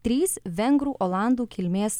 trys vengrų olandų kilmės